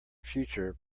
future